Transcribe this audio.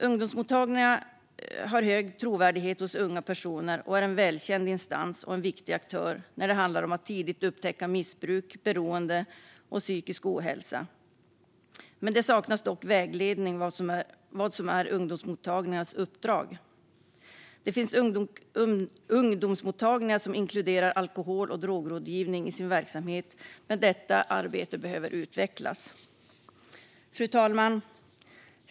Ungdomsmottagningarna har hög trovärdighet hos unga personer och är en välkänd instans och en viktig aktör när det handlar om att tidigt upptäcka missbruk, beroende och psykisk ohälsa. Det saknas dock vägledning för vad som är ungdomsmottagningarnas uppdrag. Det finns ungdomsmottagningar som inkluderar alkohol och drogrådgivning i sin verksamhet, men detta arbete behöver utvecklas. Fru talman!